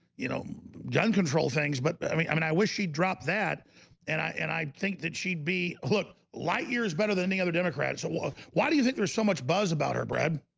you know gun control things but but i mean, i mean i wish she'd dropped that and i and i think that she'd be look light years better than any other democrats a wolf why do you think there's so much buzz about her bread?